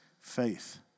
faith